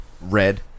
Red